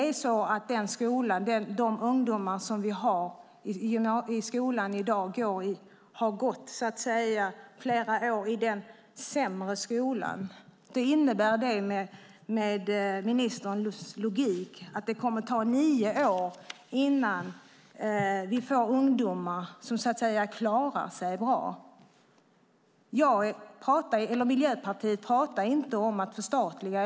Vi har ju ungdomar som i dag går i skolan först har gått flera år i den så kallat sämre skolan. Med ministerns logik kommer det alltså att ta nio år innan vi får ungdomar som så att säga klarar sig bra. Miljöpartiet talar inte om att förstatliga.